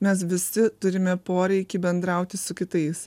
mes visi turime poreikį bendrauti su kitais